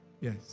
Yes